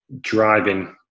driving